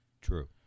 True